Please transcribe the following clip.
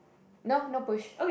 no no push